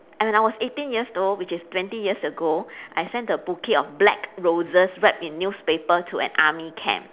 and I was eighteen years though which is twenty years ago I sent a bouquet of black roses wrapped in newspaper to an army camp